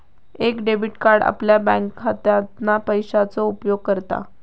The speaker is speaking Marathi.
एक डेबिट कार्ड आपल्या बँकखात्यातना पैशाचो उपयोग करता